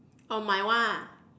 oh my one ah